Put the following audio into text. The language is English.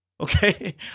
Okay